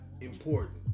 important